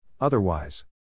Otherwise